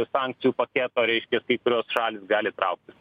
sankcijų paketo reiškia kai kurios šalys gali trauktis